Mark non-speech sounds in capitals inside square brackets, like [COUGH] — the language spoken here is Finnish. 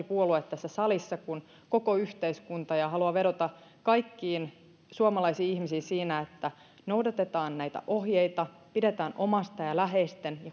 [UNINTELLIGIBLE] puolueet tässä salissa kuin koko yhteiskunta ja haluan vedota kaikkiin suomalaisiin ihmisiin siinä että noudatetaan näitä ohjeita pidetään omasta ja läheisten [UNINTELLIGIBLE]